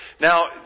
now